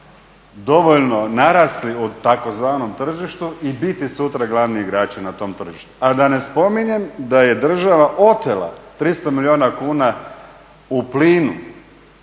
dovoljno narasli u tzv. tržištu i biti sutra glavni igrači na tom tržištu, a da ne spominjem da je država otela 300 milijuna kuna u plinu,